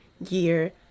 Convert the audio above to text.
year